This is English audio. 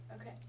okay